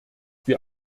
wir